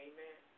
Amen